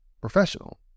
professional